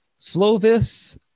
Slovis